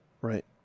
Right